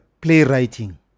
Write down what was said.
playwriting